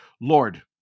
Lord